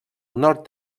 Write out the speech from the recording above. nord